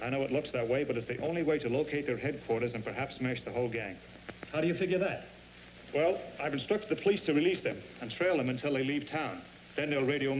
i know it looks that way but if the only way to locate their headquarters and perhaps match the whole gang how do you figure that well i restrict the police to release them and trail them until they leave town no radio